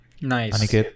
Nice